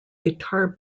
guitar